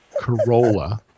Corolla